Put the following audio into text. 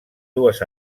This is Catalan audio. dues